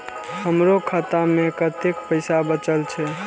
हमरो खाता में कतेक पैसा बचल छे?